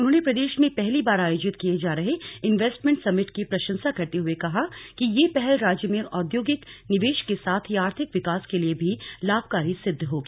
उन्होंने प्रदेश में पहली बार आयोजित किए जा रहे इन्वेस्टमेन्ट समिट की प्रंशसा करते हुए कहा कि यह पहल राज्य में औद्योगिक निवेश के साथ ही आर्थिक विकास के लिए भी लाभकारी सिद्ध होगी